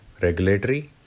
regulatory